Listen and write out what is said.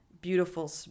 beautiful